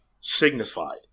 signified